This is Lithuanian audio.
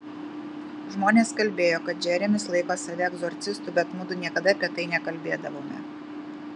žmonės kalbėjo kad džeremis laiko save egzorcistu bet mudu niekada apie tai nekalbėdavome